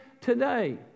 today